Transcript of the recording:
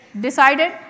decided